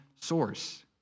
source